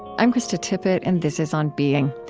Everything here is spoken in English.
i'm krista tippett and this is on being.